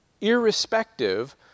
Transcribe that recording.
irrespective